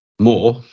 more